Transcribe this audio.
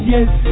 Yes